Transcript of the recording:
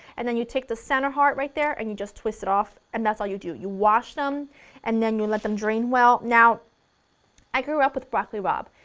and then you take the center heart right there and you just twist it off, and that's all you do you wash them and then you let them drain well, now i grew up with broccoli rabe,